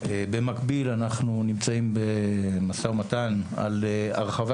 במקביל אנחנו נמצאים במשא ומתן על ההרחבה